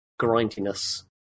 grindiness